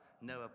Noah